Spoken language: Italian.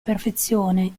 perfezione